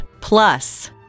Plus